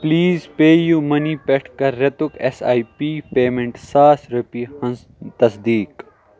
please pay you money پٮ۪ٹھ کَر رٮ۪تُک ایس آی پی پیمننٛٹ ساس رۄپیہِ ہٕنٛز تصدیٖق